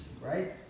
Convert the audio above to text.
right